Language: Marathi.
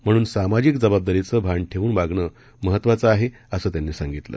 म्हणून सामाजिक जबाबदारीचं भान ठर्छिन वागणं महत्वाचं आह्य असं त्यांनी सांगितलं